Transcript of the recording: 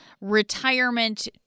retirement